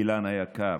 אילן היקר.